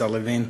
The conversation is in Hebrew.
השר לוין,